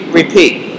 repeat